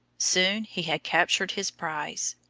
soon he had captured his prize.